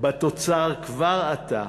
בתוצר כבר עתה,